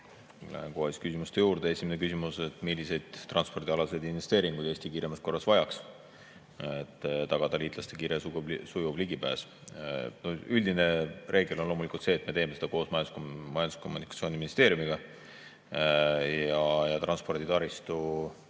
Lähen kohe küsimuste juurde. Esimene küsimus: "Milliseid transpordialaseid investeeringuid Eesti kiiremas korras vajab, et tagada liitlaste kiire ja sujuv ligipääs?" Üldine reegel on loomulikult see, et me teeme seda koos Majandus‑ ja Kommunikatsiooniministeeriumiga. Transporditaristu